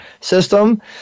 system